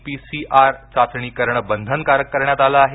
PCR चाचणी करण बंधनकारक करण्यात आलं आहे